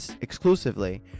exclusively